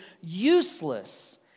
useless